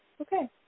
Okay